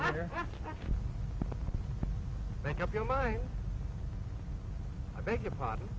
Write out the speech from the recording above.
either make up your mind i beg your pardon